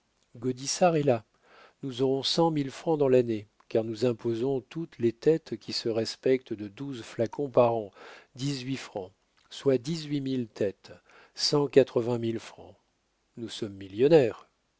est là nous aurons cent mille francs dans l'année car nous imposons toutes les têtes qui se respectent de douze flacons par an dix-huit francs soit dix-huit mille têtes cent quatre-vingt mille francs nous sommes millionnaires